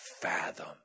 fathom